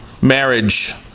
marriage